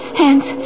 hands